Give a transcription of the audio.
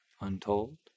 untold